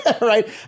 right